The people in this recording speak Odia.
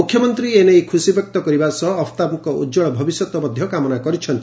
ମୁଖ୍ୟମନ୍ତୀ ଏନେଇ ଖୁସି ବ୍ୟକ୍ତ କରିବା ସହ ଅଫ୍ତାବ୍ଙ ଉଜ୍ଳ ଭବିଷ୍ୟତ କାମନା କରିଛନ୍ତି